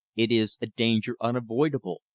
it is a danger unavoidable,